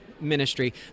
ministry